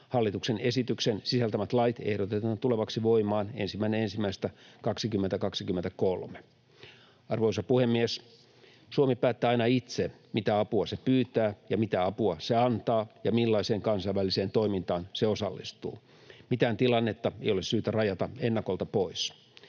Hallituksen esityksen sisältämät lait ehdotetaan tulevaksi voimaan 1.1.2023. Arvoisa puhemies! Suomi päättää aina itse, mitä apua se pyytää ja mitä apua se antaa ja millaiseen kansainväliseen toimintaan se osallistuu. Mitään tilannetta ei ole syytä rajata ennakolta pois.